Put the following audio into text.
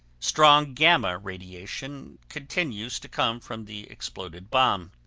strong gamma radiation continues to come from the exploded bomb.